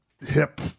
hip